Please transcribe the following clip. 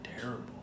terrible